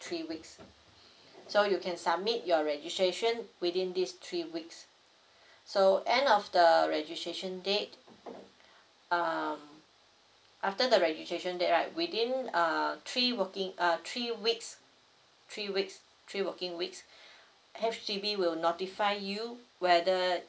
three weeks so you can submit your registration within these three weeks so end of the registration date um after the registration date right within err three working uh three weeks three weeks three working weeks H_D_B will notify you whether